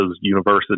universities